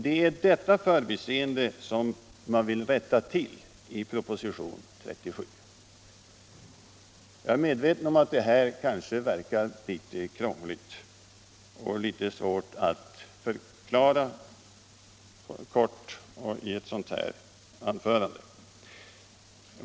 Det är detta förbiseende man vill rätta till i proposition 1975/76:37. Jag är medveten om att det här kan verka litet krångligt och vara svårt att kortfattat förklara.